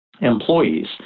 employees